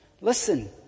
Listen